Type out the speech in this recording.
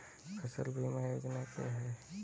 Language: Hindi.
फसल बीमा योजना क्या है?